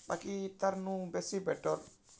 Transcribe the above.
ବାକି ଇତାର୍ନୁ ବେଶି ବେଟର୍